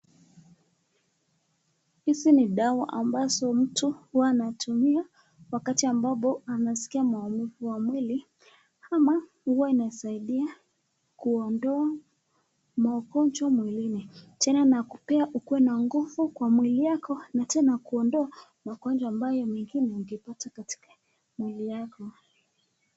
Hizi ni dawa ambazo mtu huwa anatumia wakati ambapo anasikia maumivu ya mwili. Ama huwa inasaidia kuondo magonjwa mwilini. Tena nakupea ukuwe na nguvu kwa mwili yako na tena na kuondo magonjwa mengine ambayo iko katika mwili yako.